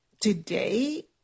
today